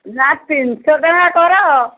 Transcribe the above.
ନା ତିନିଶହ ଟଙ୍କା କର